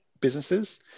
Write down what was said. businesses